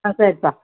ஆ சரிப்பா